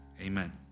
Amen